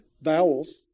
vowels